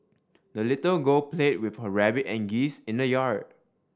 the little girl played with her rabbit and geese in the yard